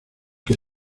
que